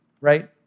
right